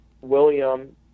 william